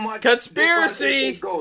conspiracy